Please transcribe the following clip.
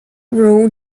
rule